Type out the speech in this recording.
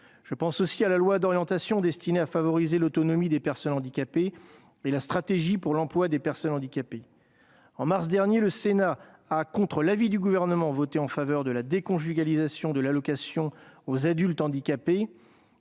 Je pense aussi à la loi d'orientation destinée à favoriser l'autonomie des personnes handicapées et à la stratégie pour l'emploi des personnes en situation de handicap. En mars dernier, contre l'avis du Gouvernement, le Sénat a voté en faveur de la déconjugalisation de l'allocation aux adultes handicapés